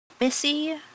Missy